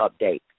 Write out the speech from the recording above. update